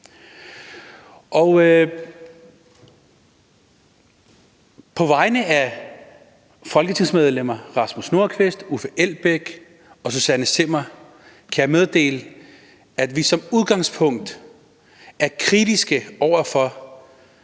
På vegne af folketingsmedlemmerne Rasmus Nordqvist, Uffe Elbæk og Susanne Zimmer kan jeg meddele, at vi som udgangspunkt er kritiske over for